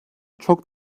çok